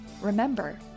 Remember